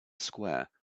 square